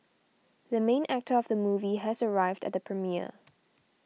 the main actor of the movie has arrived at the premiere